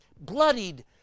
bloodied